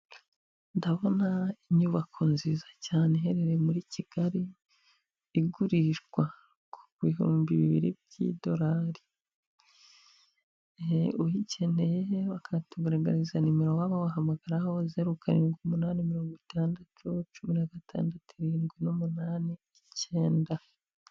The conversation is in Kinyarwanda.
Ndabona inyubako nziza cyane iherereye muri Kigali igurirwa ku bihumbi bibiri by'idolari, uyikeneye bakatugaragariza nimero waba wahamagaraho zeru karindwi umunani mirongo itandatu cumi na gatandatu irindwi n'umunani icyenda.